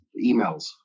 emails